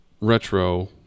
retro